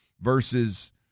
versus